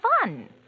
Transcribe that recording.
fun